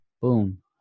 Boom